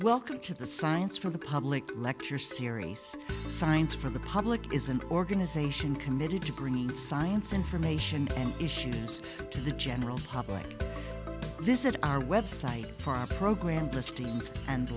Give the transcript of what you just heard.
welcome to the science for the public lecture series science for the public is an organization committed to bringing science information issues to the general public this is our website for our program listings and